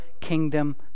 kingdom